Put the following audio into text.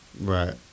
Right